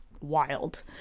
wild